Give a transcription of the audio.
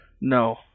No